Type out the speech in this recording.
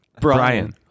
Brian